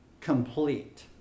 complete